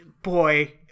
boy